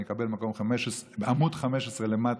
אני אקבל מקום בעמ' 15 למטה,